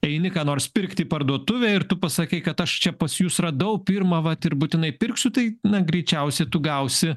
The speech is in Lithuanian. eini ką nors pirkt į parduotuvę ir tu pasakai kad aš čia pas jus radau pirmą vat ir būtinai pirksiu tai na greičiausiai tu gausi